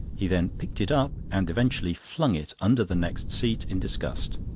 he then picked it up and eventually flung it under the next seat in disgust.